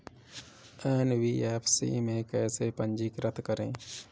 NBFC में कैसे पंजीकृत करें?